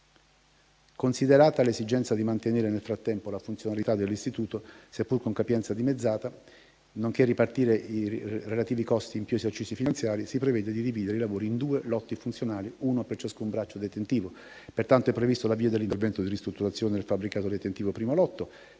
Considerata l'esigenza di mantenere, nel frattempo, la funzionalità dell'istituto, seppur con capienza dimezzata, nonché di ripartire i relativi costi in più esercizi finanziari, si prevede di dividere i lavori in due lotti funzionali, uno per ciascun braccio detentivo. Pertanto, è previsto l'avvio dell'intervento di "Ristrutturazione del fabbricato detentivo, primo lotto",